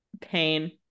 Pain